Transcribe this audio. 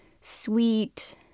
sweet